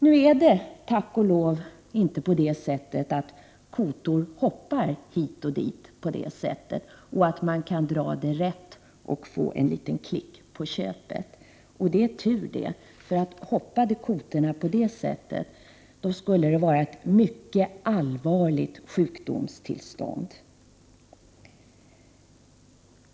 Nu är det tack och lov inte så att kotor ”hoppar” hit och dit och att man kan dra dem rätt och få ett litet ”klick” på köpet. Det är tur det. Hoppade kotorna så skulle det utgöra ett mycket allvarligt sjukdomstillstånd.